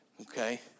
okay